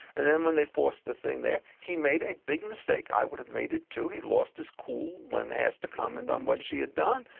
and then when they forced the thing there, he made a big mistake, i would have made it too, he lost his cool when asked to comment on what she'd done,